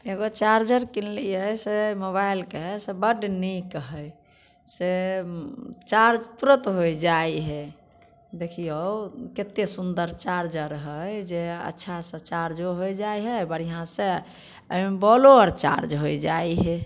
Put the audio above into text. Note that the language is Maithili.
एगो चार्जर किनलियै से मोबाइलके से बड्ड नीक हइ से चार्ज तुरत होइ जाइ हइ देखियौ कते सुन्दर चार्जर हइ जे अच्छासँ चार्जो हो जाइ हइ बढ़िआँसँ अइमे बौलो आर चार्ज हो जाइ हइ